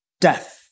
death